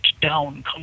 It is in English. down